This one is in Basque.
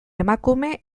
emakume